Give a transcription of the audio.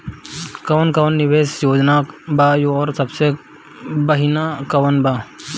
कवन कवन निवेस योजना बा और सबसे बनिहा कवन बा?